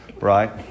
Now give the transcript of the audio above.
right